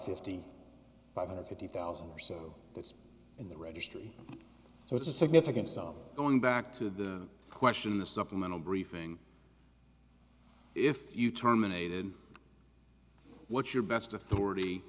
fifty five hundred fifty thousand or so that's in the registry so it's a significant self going back to the question in the supplemental briefing if you terminated what's your best authority